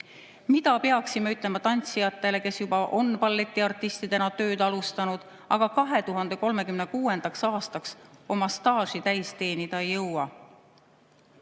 Mida peaksime ütlema tantsijatele, kes juba on balletiartistidena tööd alustanud, aga 2036. aastaks oma staaži täis teenida ei jõua?